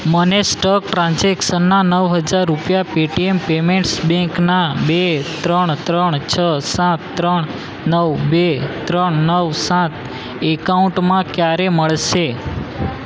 મને સ્ટક ટ્રાન્ઝેક્શનના નવ હજાર રૂપિયા પેટીએમ પેમેન્ટ્સ બેંકના બે ત્રણ ત્રણ છ સાત ત્રણ નવ બે ત્રણ નવ સાત એકાઉન્ટમાં ક્યારે મળશે